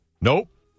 Nope